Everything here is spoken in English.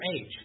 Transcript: age